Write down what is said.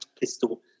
pistol